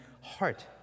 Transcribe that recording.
heart